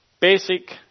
basic